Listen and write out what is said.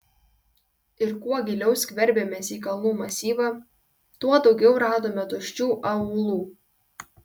ir kuo giliau skverbėmės į kalnų masyvą tuo daugiau radome tuščių aūlų